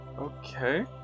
Okay